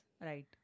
Right